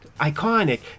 Iconic